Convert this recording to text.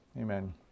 Amen